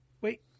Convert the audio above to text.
Wait